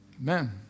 Amen